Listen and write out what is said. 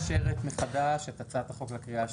הוועדה מאשרת חדש את הצעת החוק לקריאה השנייה והשלישית.